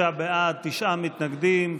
56 בעד, תשעה מתנגדים,